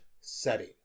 setting